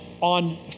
on